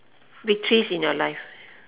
victories in your life